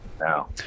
now